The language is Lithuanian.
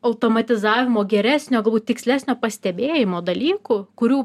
automatizavimo geresnio tikslesnio pastebėjimo dalykų kurių